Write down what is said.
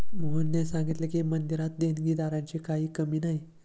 मोहनने सांगितले की, मंदिरात देणगीदारांची काही कमी नाही